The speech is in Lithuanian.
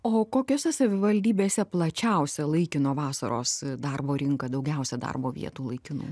o kokiose savivaldybėse plačiausia laikino vasaros darbo rinka daugiausiai darbo vietų laikinų